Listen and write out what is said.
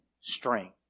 strength